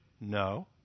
No